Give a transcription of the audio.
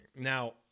Now